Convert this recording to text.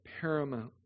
paramount